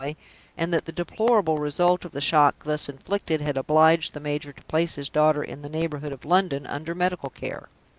and that the deplorable result of the shock thus inflicted had obliged the major to place his daughter in the neighborhood of london, under medical care.